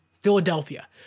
Philadelphia